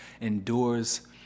endures